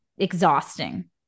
exhausting